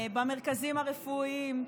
במרכזים הרפואיים,